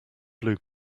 blue